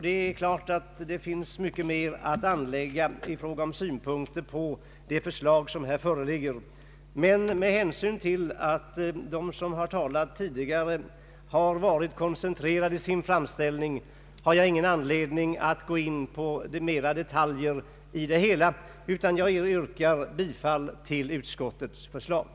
Det är klart att flera synpunkter finns att anlägga på det förslag som här föreligger. Med hänsyn till att de ledamöter som tidigare har talat har varit koncentrerade i sin framställning har jag ingen anledning att mera gå in i detalj. Jag yrkar bifall till utskottets hemställan.